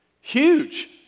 Huge